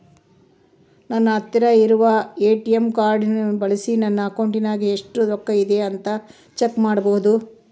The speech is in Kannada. ನನ್ನ ಹತ್ತಿರ ಇರುವ ಎ.ಟಿ.ಎಂ ಕಾರ್ಡ್ ಬಳಿಸಿ ನನ್ನ ಅಕೌಂಟಿನಾಗ ಎಷ್ಟು ರೊಕ್ಕ ಐತಿ ಅಂತಾ ಚೆಕ್ ಮಾಡಬಹುದಾ?